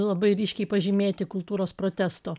labai ryškiai pažymėti kultūros protesto